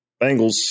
Bengals